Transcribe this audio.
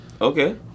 Okay